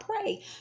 pray